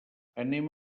anem